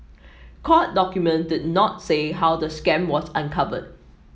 court documents did not say how the scam was uncovered